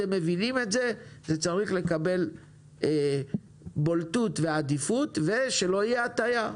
אתם מבינים את זה וזה צריך לקבל בולטות ועדיפות ושלא תהיה הטעיה.